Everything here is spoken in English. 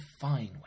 fine